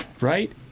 Right